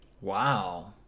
Wow